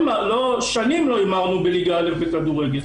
שנים לא המרנו בליגה א' בכדורגל.